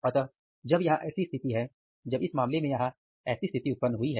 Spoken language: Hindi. अतः जब यहां ऐसी स्थिति है जब इस मामले में यहां ऐसी स्थिति उत्पन्न हुई है